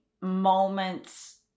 moments